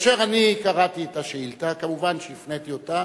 כאשר אני קראתי את השאילתא, כמובן, הפניתי אותה